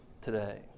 today